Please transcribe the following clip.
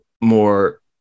more